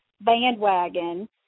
Bandwagon